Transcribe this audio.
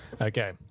Okay